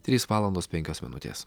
trys valandos penkios minutės